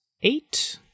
eight